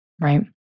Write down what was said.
right